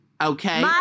Okay